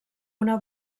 una